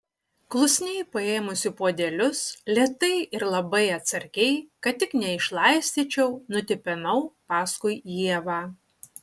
klusniai paėmusi puodelius lėtai ir labai atsargiai kad tik neišlaistyčiau nutipenau paskui ievą